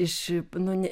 iš nu ne